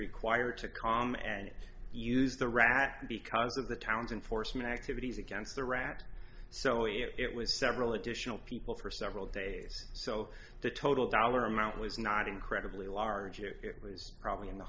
required to com and used the rack because of the towns and for some activities against the rat so it was several additional people for several days so the total dollar amount was not incredibly large it was probably in the